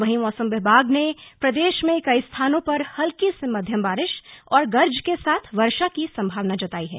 वहीं मौसम विभाग ने प्रदेश में कई स्थानों पर हल्की से मध्यम बारिश और गर्ज के साथ वर्षा की संभावना जताई है